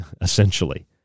essentially